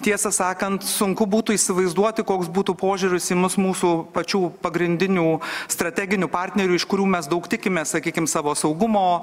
tiesą sakant sunku būtų įsivaizduoti koks būtų požiūris į mus mūsų pačių pagrindinių strateginių partnerių iš kurių mes daug tikimės sakykim savo saugumo